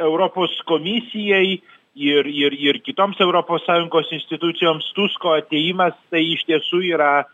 europos komisijai ir ir ir kitoms europos sąjungos institucijoms tusko atėjimas tai iš tiesų yra